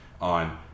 on